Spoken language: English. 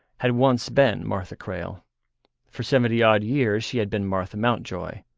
had once been martha crale for seventy odd years she had been martha mountjoy.